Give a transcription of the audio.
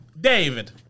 David